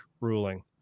ruling